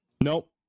Nope